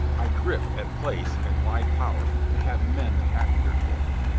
i grip at place and wide power to have men the happier for me.